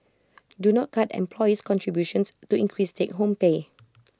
do not cut employee's contributions to increase take home pay